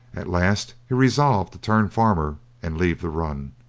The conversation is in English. at last he resolved to turn farmer and leave the run,